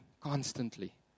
constantly